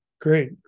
great